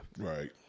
Right